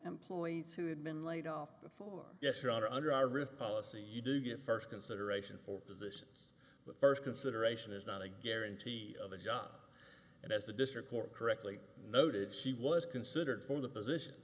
employees who had been laid off before yes rather under our roof policy you do get first consideration for positions but first consideration is not a guarantee of a job and as a district court correctly noted she was considered for the position